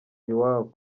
iwabo